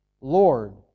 Lord